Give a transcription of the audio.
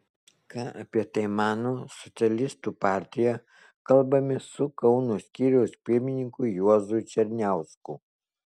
ką apie tai mano socialistų partija kalbamės su kauno skyriaus pirmininku juozu černiausku